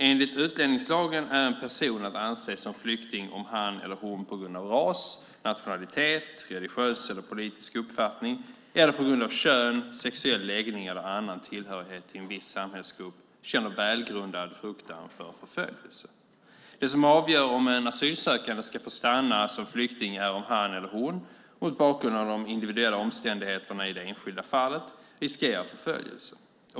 Enligt utlänningslagen är en person att anse som flykting om han eller hon på grund av ras, nationalitet, religiös eller politisk uppfattning eller på grund av kön, sexuell läggning eller annan tillhörighet till viss samhällsgrupp känner välgrundad fruktan för förföljelse. Det som avgör om en asylsökande ska få stanna som flykting är om han eller hon, mot bakgrund av de individuella omständigheterna i det enskilda fallet, riskerar förföljelse.